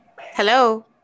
Hello